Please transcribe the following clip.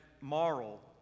moral